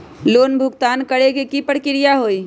Loan भुगतान करे के की की प्रक्रिया होई?